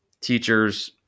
teachers